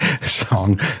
song